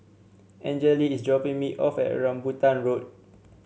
Anjali is dropping me off at Rambutan Road